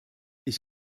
ich